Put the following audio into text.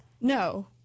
No